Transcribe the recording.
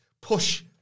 push